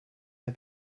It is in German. der